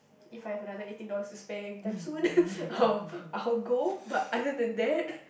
if I've another eighteen dollars to spare anytime soon I'll I'll go but other than that